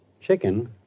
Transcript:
Chicken